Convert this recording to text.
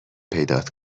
پیدات